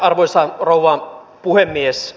arvoisa rouva puhemies